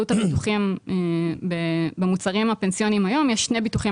עלות הביטוחים במוצרים הפנסיונים היום יש שני ביטוחים